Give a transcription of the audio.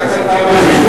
רק אתה מבין.